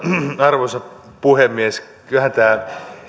arvoisa puhemies kyllähän tämä